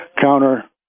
counter